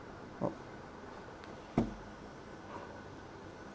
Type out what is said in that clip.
oh